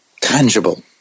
tangible